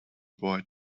boy